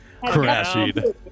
crashing